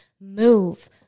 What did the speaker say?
move